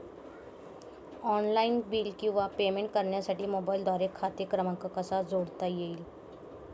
Online bill किंवा payment करण्यासाठी मोबाईलद्वारे खाते क्रमांक कसा जोडता येईल?